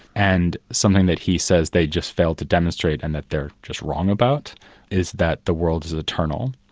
and something that he says they just fail to demonstrate and that they're just wrong about is that the world is is eternal.